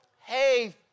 hey